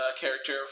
character